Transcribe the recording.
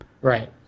Right